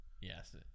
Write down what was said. Yes